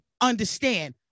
understand